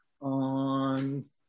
on